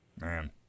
man